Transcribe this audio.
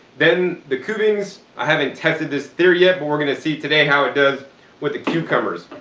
then the kuvings i haven't tested this theory yet, but we're gonna see today how it does with the cucumbers.